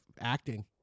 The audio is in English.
acting